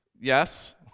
Yes